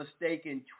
mistaken